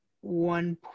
one